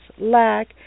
lack